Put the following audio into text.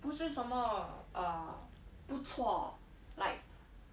不是什么 uh 不错 like